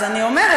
אז אני אומרת,